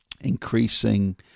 increasing